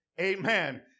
Amen